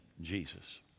Jesus